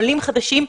לעולים חדשים,